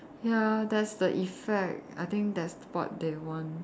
ya that's the effect I think that's what they want